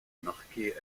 marquer